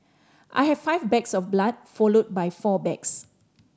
I had five bags of blood followed by four bags